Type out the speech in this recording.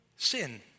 Sin